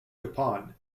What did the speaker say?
capon